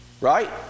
right